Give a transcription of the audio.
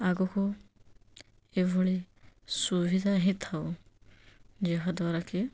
ଆଗକୁ ଏଭଳି ସୁବିଧା ହୋଇଥାଉ ଯାହା ଦ୍ୱାରାକି